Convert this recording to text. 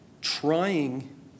trying